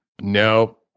no